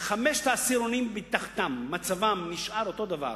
חמשת העשירונים מתחתם מצבם נשאר אותו הדבר,